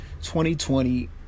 2020